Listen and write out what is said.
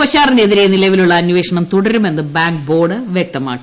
കൊച്ചാറിനെതിരെ നിലവിലുള്ള അന്വേഷണം തുടരുമെന്ന് ബാങ്ക് ബോർഡ് വൃക്തമാക്കി